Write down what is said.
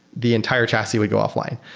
the entire chassis would go offline.